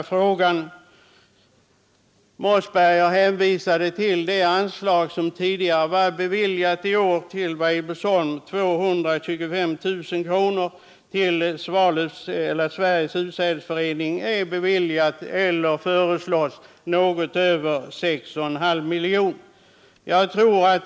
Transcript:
Herr Mossberger hänvisade till det anslag som i år beviljades Weibullsholm, 225 000 kronor. Till Sveriges utsädesförening föreslås nu något över 6,5 miljoner kronor.